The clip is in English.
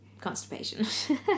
constipation